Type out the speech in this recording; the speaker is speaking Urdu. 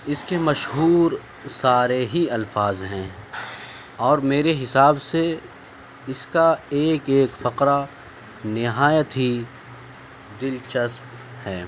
اس کے مشہور سارے ہی الفاظ ہیں اور میرے حساب سے اس کا ایک ایک فقرہ نہایت ہی دلچسپ ہے